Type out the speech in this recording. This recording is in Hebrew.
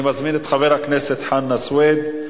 אני מזמין את חבר הכנסת חנא סוייד,